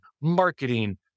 marketing